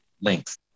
links